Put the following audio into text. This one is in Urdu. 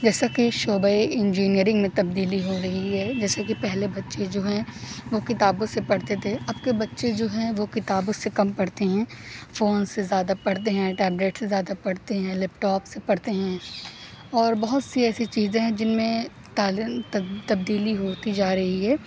جیسا کہ شعبہ انجینئرنگ میں تبدیلی ہو رہی ہے جیسے کہ پہلے بچے جو ہیں وہ کتابوں سے پڑھتے تھے اب کے بچے جو ہیں وہ کتابوں سے کم پڑھتے ہیں فون سے زیادہ پڑھتے ہیں ٹیبلیٹ سے زیادہ پڑھتے ہیں لیپ ٹاپ سے پڑھتے ہیں اور بہت سی ایسی چیزیں ہیں جن میں تبدیلی ہوتی جا رہی ہے